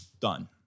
done